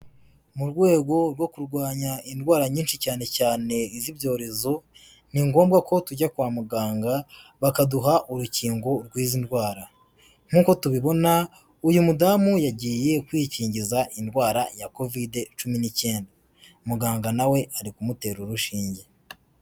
Mu rwego rwo kurwanya indwara nyinshi cyane cyane z'ibyorezo, ni ngombwa ko tujya kwa muganga bakaduha urukingo rw'izi ndwara, nkuko tubibona uyu mudamu yagiye kwikingiza indwara ya Covid cumi n'icyenda, muganga na we ari kumutera urushinge.